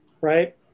right